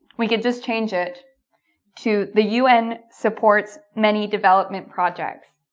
we can just change it to the un supports many development projects.